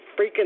freaking